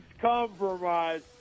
compromise